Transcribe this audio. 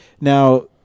Now